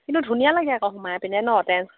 কিন্তু ধুনীয়া লাগে আকৌ সোমাই পিনে জেনছ